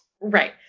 Right